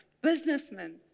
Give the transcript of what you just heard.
businessmen